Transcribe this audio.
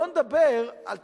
אתה יודע מה?